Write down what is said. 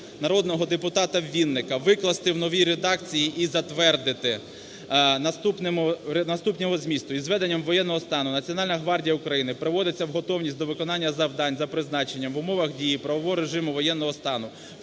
народного депутата Вінника викласти в новій редакції і затвердити наступного змісту: "Із введенням воєнного стану Національна гвардія України приводиться в готовність до виконання завдань за призначенням в умовах дії правового режиму воєнного стану,